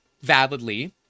validly